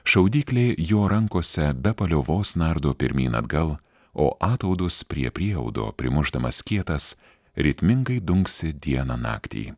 šaudyklė jo rankose be paliovos nardo pirmyn atgal o ataudus prie prieaudo primušdamas skietas ritmingai dunksi dieną naktį